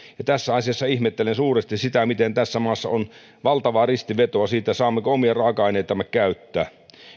ja tässä asiassa ihmettelen suuresti sitä miten tässä maassa on valtavaa ristivetoa siitä saammeko omia raaka aineitamme käyttää